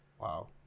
Wow